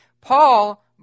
Paul